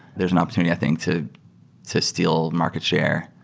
there's an opportunity i think to to steal market share,